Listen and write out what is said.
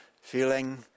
feeling